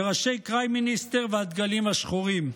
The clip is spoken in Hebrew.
וראשי קריים מיניסטר והדגלים השחורים.